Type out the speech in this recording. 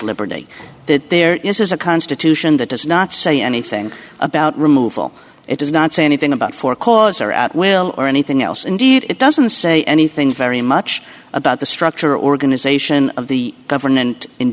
liberty that there is a key institution that does not say anything about removal it does not say anything about for cause or at will or anything else indeed it doesn't say anything very much about the structure organization of the government in